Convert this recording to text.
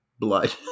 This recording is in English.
blood